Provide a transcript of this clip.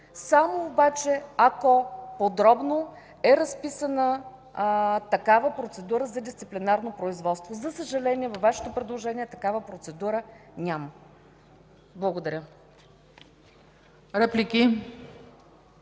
само ако подробно е разписана такава процедура за дисциплинарно производство. За съжаление, във Вашето предложение такава процедура няма. Благодаря.